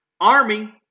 Army